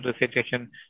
recitation